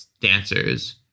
dancers